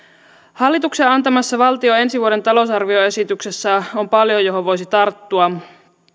hallituksen antamassa valtion ensi vuoden talousarvioesityksessä on paljon johon voisi tarttua